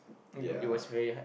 ya